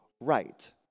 right